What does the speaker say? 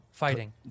Fighting